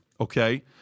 okay